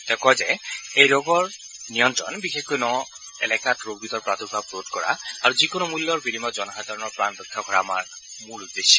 তেওঁ কয় যে এই ৰোগৰ নিয়ন্ত্ৰণ বিশেষকৈ ন এলেকাত ৰোগ বিধৰ প্ৰাদুৰ্ভাৱ ৰোধ কৰা আৰু যিকোনো মূল্যৰ বিনিময়ত জনসাধাৰণৰ প্ৰাণ ৰক্ষা কৰা আমাৰ মূল উদ্দেশ্য